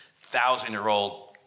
thousand-year-old